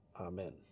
Amen